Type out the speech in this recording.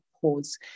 pause